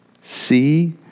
see